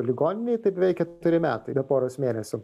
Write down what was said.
ligoninėj tai beveik keturi metai be poros mėnesių